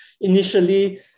Initially